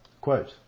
Quote